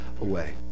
away